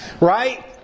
Right